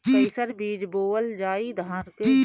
कईसन बीज बोअल जाई धान के?